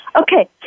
Okay